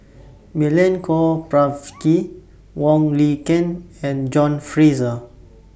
Milenko Prvacki Wong Lin Ken and John Fraser